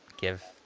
give